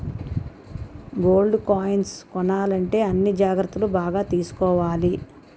gold కాయిన్లు కొనాలంటే అన్ని జాగ్రత్తలు బాగా తీసుకోవాలి